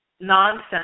nonsense